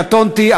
קטונתי,